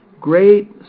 great